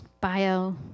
Bio